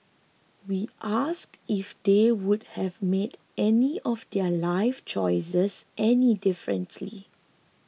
we asked if they would have made any of their life choices any differently